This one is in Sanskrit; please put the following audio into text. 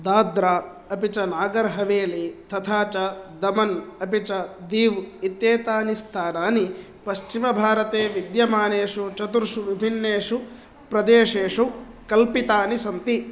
दाद्रा अपि च नागर् हवेली तथा च दमन् अपि च दीव् इत्येतानि स्थानानि पश्चिमभारते विद्यमानेषु चतुर्षु विभिन्नेषु प्रदेशेषु कल्पितानि सन्ति